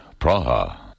Praha